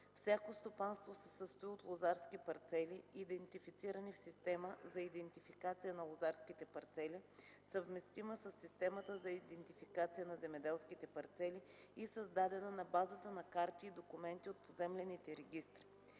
Всяко стопанство се състои от лозарски парцели, идентифицирани в система за идентификация на лозарските парцели, съвместима със системата за идентификация на земеделските парцели и създадена на базата на карти и документи от поземлените регистри.